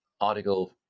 article